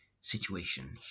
situation